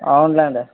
అవును లేండి